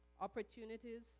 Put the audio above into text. opportunities